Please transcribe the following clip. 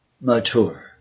mature